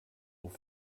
auf